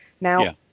now